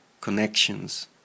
connections